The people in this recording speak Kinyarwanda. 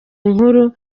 inkuru